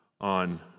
on